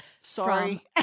Sorry